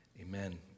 Amen